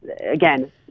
again